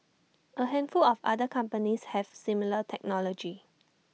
A handful of other companies have similar technology